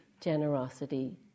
generosity